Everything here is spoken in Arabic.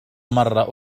مرة